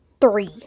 Three